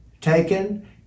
taken